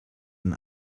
only